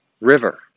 river